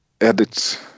edit